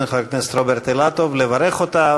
חבר הכנסת רוברט אילטוב לברך אותה,